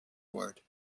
word